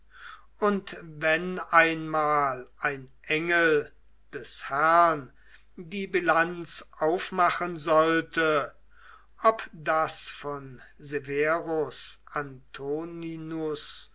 und wenn einmal ein engel des herrn die bilanz aufmachen sollte ob das von severus antoninus